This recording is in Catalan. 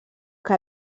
que